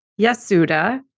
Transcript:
Yasuda